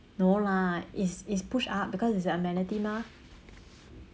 no lah it's it's push up because it's a amenity mah